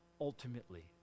ultimately